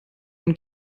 von